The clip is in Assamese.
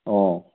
অঁ